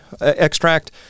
extract